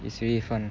it's really fun